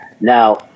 now